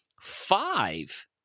five